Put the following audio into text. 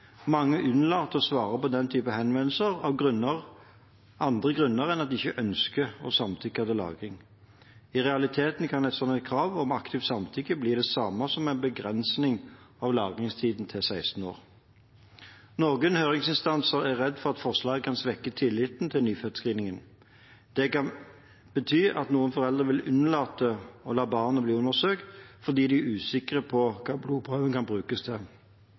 Mange unnlater å svare på den type henvendelser av andre grunner enn at de ikke ønsker å samtykke til lagring. I realiteten kan et slikt krav om aktivt samtykke bli det samme som en begrensning av lagringstiden til 16 år. Noen høringsinstanser er redd for at forslaget kan svekke tilliten til nyfødtscreeningen. Det kan bety at noen foreldre vil unnlate å la barnet bli undersøkt, fordi de er usikre på hva blodprøven kan brukes til.